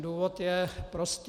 Důvod je prostý.